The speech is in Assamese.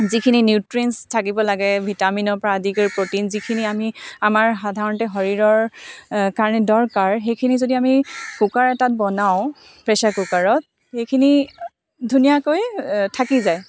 যিখিনি নিউট্ৰিয়েণ্টছ থাকিব লাগে ভিটামিনৰ পৰা আদি কৰি প্ৰ'টিন যিখিনি আমি আমাৰ সাধাৰণতে শৰীৰৰ কাৰণে দৰকাৰ সেইখিনি যদি আমি কুকাৰ এটাত বনাওঁ প্ৰেছাৰ কুকাৰত সেইখিনি ধুনীয়াকৈ থাকি যায়